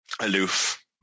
aloof